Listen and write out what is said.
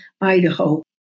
Idaho